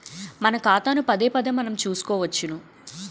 మన ఖాతాను పదేపదే మనం చూసుకోవచ్చును